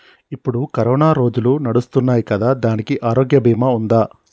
ఇప్పుడు కరోనా రోజులు నడుస్తున్నాయి కదా, దానికి ఆరోగ్య బీమా ఉందా?